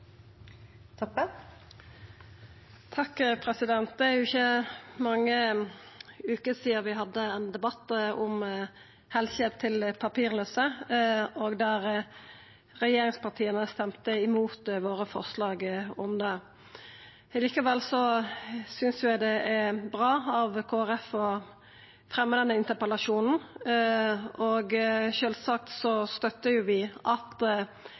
ikkje mange veker sidan vi hadde ein debatt om helsehjelp til papirlause, der regjeringspartia stemde imot forslaga våre. Likevel synest eg det er bra av Kristeleg Folkeparti å fremja denne interpellasjonen, og vi støttar sjølvsagt